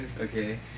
Okay